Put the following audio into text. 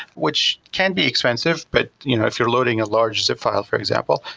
which can be expensive but you know if you are loading a large zip file for example.